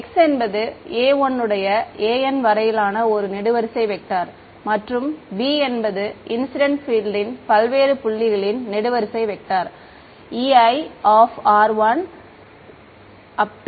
x என்பது a1 உடைய aN வரையிலான ஒரு நெடுவரிசை வெக்டர் மற்றும் b என்பது இன்சிடென்ட் பீல்ட் ன் பல்வேறு புள்ளிகளின் நெடுவரிசை வெக்டர் Ei